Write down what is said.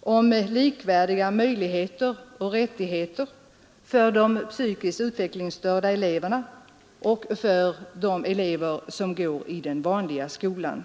om likvärdiga möjligheter och rättigheter för de psykiskt utvecklingsstörda eleverna och för de elever som går i den vanliga skolan.